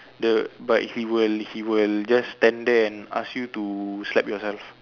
the but he will he will just stand there and ask you to slap yourself